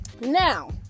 now